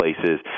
places